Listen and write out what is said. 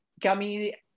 gummy